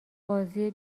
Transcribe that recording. بازی